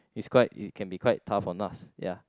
it's quite it can be quite tough on us ya